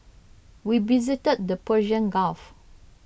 we visited the Persian Gulf